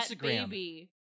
baby